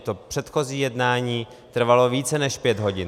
To předchozí jednání trvalo více než pět hodin.